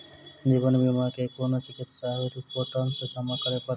जीवन बीमा मे केँ कुन चिकित्सीय रिपोर्टस जमा करै पड़त?